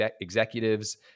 executives